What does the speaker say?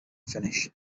finish